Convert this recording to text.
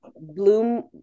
bloom